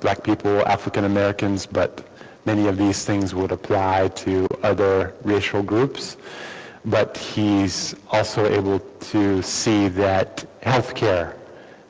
black people african americans but many of these things would apply to other racial groups but he's also able to see that healthcare